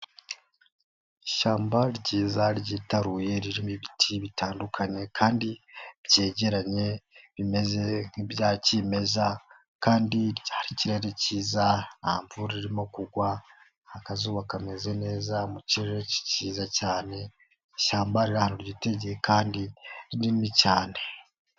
Ishyamba ryiza ryitaruye ririmo ibiti bitandukanye kandi byegeranye bimeze nk'ibya kimeza kandi hirya hari ikirere cyiza, nta mvura irimo kugwa, akazuba kameze neza, mukirere cyiza cyane, ishyamba riri ahantu ryitegeye kandi rinini cyane.